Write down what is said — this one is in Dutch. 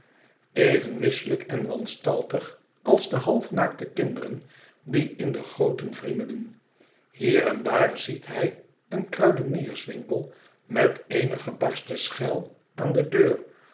even misselijk en wanstaltig als de halfnaakte kinderen die in de goten wriemelen hier en daar ziet hij een kruidenierswinkel met eene gebarsten schel aan de deur